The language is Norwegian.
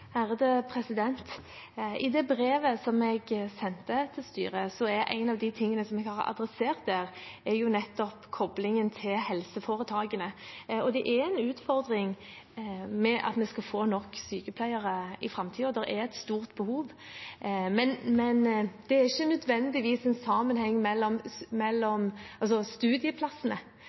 I det brevet som jeg sendte til styret, er en av de tingene som jeg har adressert der, nettopp koblingen til helseforetakene. Det er en utfordring å få nok sykepleiere i framtiden. Det er et stort behov. Men det er ikke nødvendigvis en sammenheng mellom